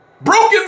Broken